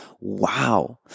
wow